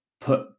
put